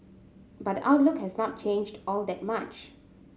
but the outlook has not changed all that much